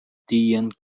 tian